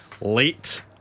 Late